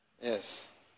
Yes